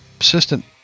assistant